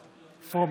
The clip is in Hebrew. פרומן.